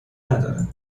ندارد